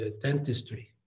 dentistry